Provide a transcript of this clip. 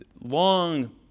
long